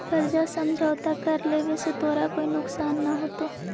कर्जा समझौता कर लेवे से तोरा कोई नुकसान न होतवऽ